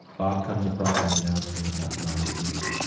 bob comes across an announcement about john's funeral.